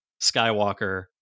Skywalker